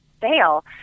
fail